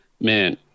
Man